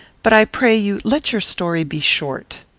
but, i pray you, let your story be short.